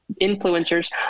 influencers